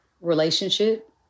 relationship